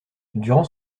durant